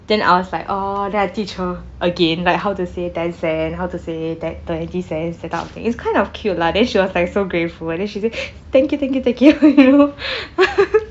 then I was like oh then I teach her again like how to say ten cent how to say ten twenty cents that type of thing it's kind of cute lah then she was like so grateful and then she say thank you thank you thank you